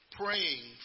praying